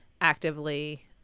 actively